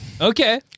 Okay